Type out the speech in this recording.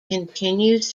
continues